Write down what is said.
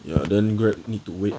ya then Grab need to wait